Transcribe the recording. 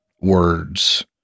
words